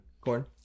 Corn